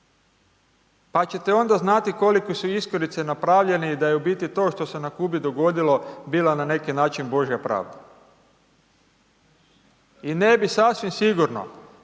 pa ćete onda znati kolike su iskorice napravljeni i da je u biti to što se na Kubi dogodilo bila na neki način Božja pravda. I ne bi sasvim sigurno